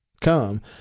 come